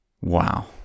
Wow